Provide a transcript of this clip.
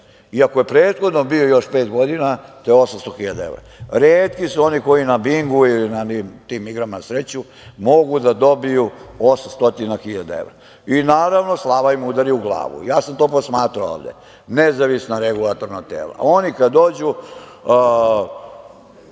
ako je prethodno bio još pet godina, to je 800.000 evra. Retki su oni koji na Bingu ili tim igrama na sreću mogu da dobiju 800.000 evra, i naravno slava im udari u glavu. Ja sam to posmatrao ovde, nezavisna regulatorna tela, oni kad dođu